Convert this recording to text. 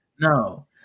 no